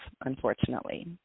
unfortunately